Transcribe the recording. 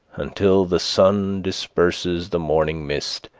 until the sun disperses the morning mist,